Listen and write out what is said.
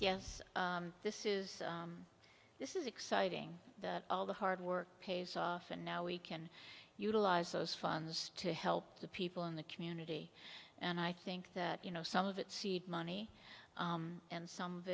yes this is this is exciting all the hard work pays off and now we can utilize those funds to help the people in the community and i think that you know some of that seed money and some of